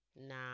Nah